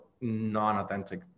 non-authentic